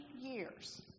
years